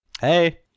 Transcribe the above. hey